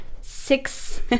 six